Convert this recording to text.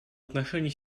отношении